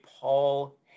Paul